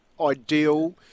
Ideal